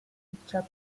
picture